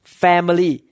family